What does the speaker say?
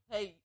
Hey